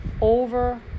over